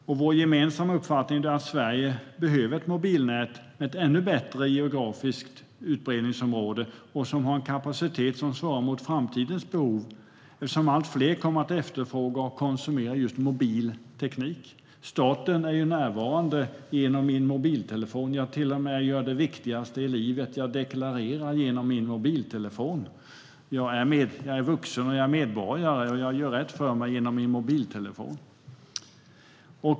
Vår gemensamma uppfattning är att Sverige behöver ett mobilnät med ett ännu bättre geografiskt utbredningsområde och med en kapacitet som svarar mot framtidens behov, eftersom allt fler kommer att efterfråga och konsumera just mobil teknik. Staten är närvarande genom min mobiltelefon. Jag kan till och med göra det viktigaste i livet - deklarera - genom min mobiltelefon. Jag är vuxen, jag är medborgare och jag gör rätt för mig genom min mobiltelefon.